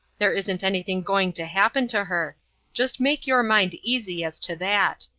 there isn't anything going to happen to her just make your mind easy as to that.